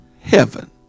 heaven